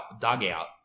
dugout